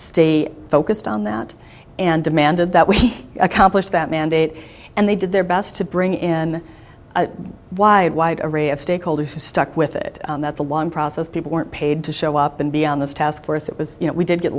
stay focused on that and demanded that we accomplish that mandate and they did their best to bring in why array of stakeholders who stuck with it that's a long process people weren't paid to show up and be on this task force that was you know we did get